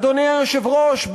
אדוני היושב-ראש,